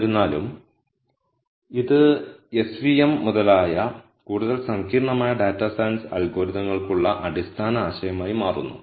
എന്നിരുന്നാലും ഇത് s v m മുതലായ കൂടുതൽ സങ്കീർണ്ണമായ ഡാറ്റാ സയൻസ് അൽഗോരിതങ്ങൾക്കുള്ള അടിസ്ഥാന ആശയമായി മാറുന്നു